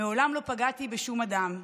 מעולם לא פגעתי בשום אדם,